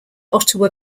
ottawa